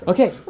Okay